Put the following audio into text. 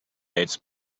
dates